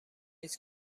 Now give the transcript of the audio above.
ایست